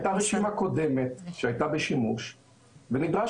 הייתה רשימה קודמת שהייתה בשימוש ונדרש